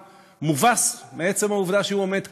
מובס מעצם העובדה שהוא עומד כאן,